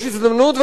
יש הזדמנות,